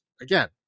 again